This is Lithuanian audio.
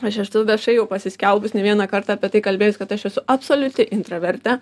aš esu viešai jau pasiskelbus ne vieną kartą apie tai kalbėjus kad aš esu absoliuti intravertė